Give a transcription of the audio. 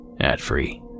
ad-free